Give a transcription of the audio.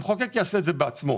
המחוקק יעשה את זה בעצמו.